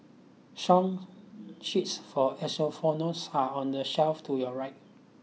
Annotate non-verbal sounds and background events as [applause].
song sheets for [unintelligible] are on the shelf to your right